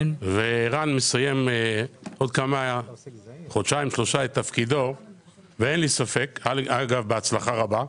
ערן מסיים עוד חודשיים-שלושה את תפקידו ואני מאחל לו בהצלחה רבה.